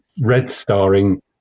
red-starring